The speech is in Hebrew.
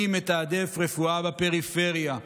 אני מתעדף רפואה בפריפריה.